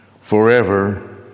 forever